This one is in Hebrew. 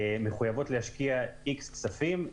מחויבות להשקיע איקס כספים,